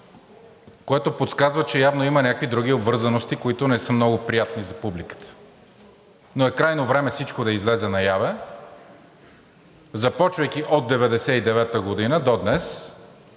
което подсказва, че явно има някакви други обвързаности, които не са много приятни за публиката. Но е крайно време всичко да излезе наяве, започвайки от 1999 г. до днес,